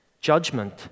judgment